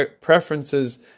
preferences